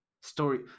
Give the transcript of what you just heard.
story